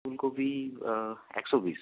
ফুলকপি একশো পিস